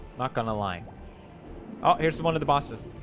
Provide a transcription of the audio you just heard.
not gonna line oh, here's the one of the bosses